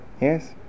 Yes